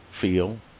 feel